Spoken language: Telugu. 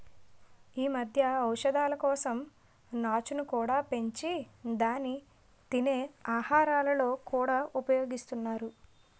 ఈ మధ్య ఔషధాల కోసం నాచును కూడా పెంచి దాన్ని తినే ఆహారాలలో కూడా ఉపయోగిస్తున్నారు